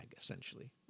essentially